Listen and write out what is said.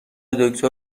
دکتر